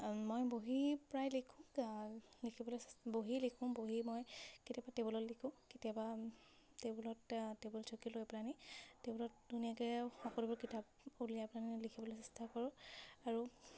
মই বহি প্ৰায় লিখোঁ লিখিবলৈ বহি লিখোঁ বহি মই কেতিয়াবা টেবুলত লিখোঁ কেতিয়াবা টেবুলত টেবুল চকি লৈ পেলাহেনি টেবুলত ধুনীয়াকৈ সকলোবোৰ কিতাপ উলিয়াই পেলাহেনি আনি লিখিবলৈ চেষ্টা কৰোঁ আৰু